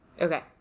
okay